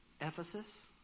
Ephesus